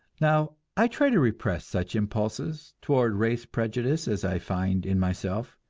now, i try to repress such impulses toward race prejudice as i find in myself.